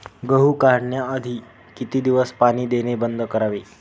गहू काढण्याआधी किती दिवस पाणी देणे बंद करावे?